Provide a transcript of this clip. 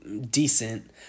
decent